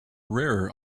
rarer